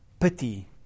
pity